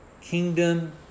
kingdom